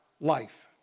life